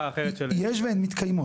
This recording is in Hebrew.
דרך אחרת --- יש והן מתקיימות.